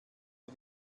wir